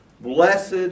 Blessed